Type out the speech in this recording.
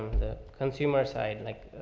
the consumer side, like,